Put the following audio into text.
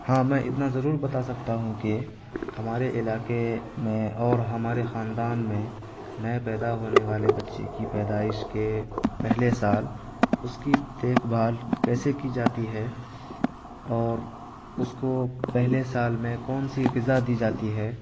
ہاں میں اتنا ضرور بتا سکتا ہوں کہ ہمارے علاقے میں اور ہمارے خاندان میں نئے پیدا ہونے والے بچے کی پیدائش کے پہلے سال اس کی دیکھ بھال کیسے کی جاتی ہے اور اس کو پہلے سال میں کون سی غذا دی جاتی ہے